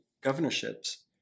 governorships